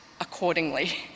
accordingly